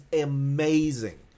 amazing